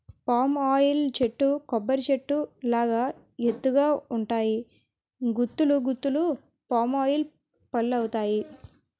palm oil చెట్లు కొబ్బరి చెట్టు లాగా ఎత్తు గ ఉంటాయి గుత్తులు గుత్తులు పామాయిల్ పల్లువత్తాయి